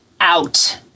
out